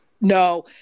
No